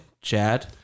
Chad